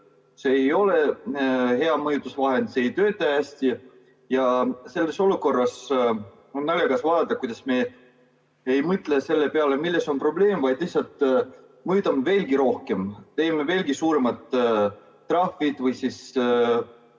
see ei ole hea mõjutusvahend, see ei tööta hästi. Selles olukorras on naljakas vaadata, kuidas me ei mõtle selle peale, milles on probleem, vaid lihtsalt mõjutame veelgi rohkem, teeme veelgi suuremad trahvid või